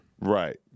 right